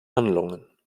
handlungen